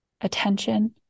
Attention